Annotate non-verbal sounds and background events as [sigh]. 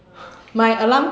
[laughs]